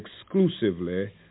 exclusively